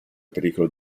pericolo